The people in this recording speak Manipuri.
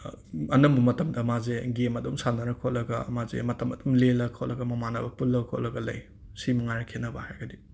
ꯑꯅꯝꯕ ꯃꯇꯝꯗ ꯃꯥꯁꯦ ꯒꯦꯝ ꯑꯗꯨꯝ ꯁꯥꯟꯅꯔꯒ ꯈꯣꯠꯂꯒ ꯃꯥꯁꯦ ꯃꯇꯝ ꯑꯗꯨꯝ ꯂꯦꯜꯂ ꯈꯣꯠꯂꯒ ꯃꯃꯥꯟꯅꯕ ꯑꯗꯨꯝ ꯄꯨꯜꯂ ꯈꯣꯠꯂꯒ ꯂꯩ ꯁꯤ ꯃꯉꯥꯏꯔꯦ ꯈꯦꯠꯅꯕ ꯍꯥꯏꯔꯒꯗꯤ